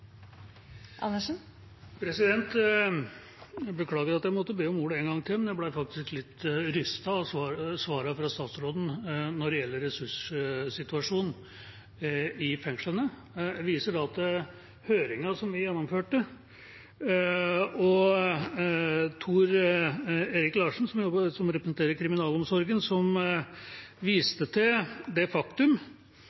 sesjonen. Jeg beklager at jeg måtte be om ordet en gang til, men jeg ble faktisk litt rystet over svarene fra statsråden når det gjelder ressurssituasjonen i fengslene. Jeg viser da til høringen vi gjennomførte, og Tor Erik Larsen, som representerer kriminalomsorgen, som